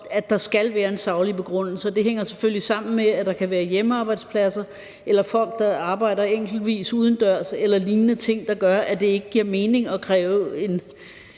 at der skal være en saglig begrundelse, og det hænger selvfølgelig sammen med, at der kan være hjemmearbejdspladser eller folk, der arbejder enkeltvis udendørs, eller lignende ting, der gør, at det ikke giver mening at kræve et